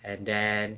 and then